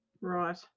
Right